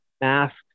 mask